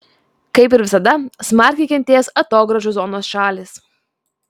kaip ir visada smarkiai kentės atogrąžų zonos šalys